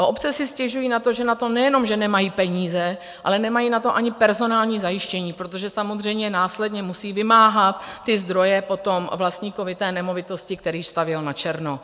Obce si stěžují na to, že na to nejenom nemají peníze, ale nemají na to ani personální zajištění, protože samozřejmě následně musí vymáhat zdroje po vlastníkovi nemovitosti, který stavěl načerno.